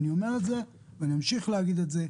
אני אומר את זה ואני אמשיך להגיד את זה,